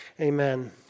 Amen